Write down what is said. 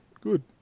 good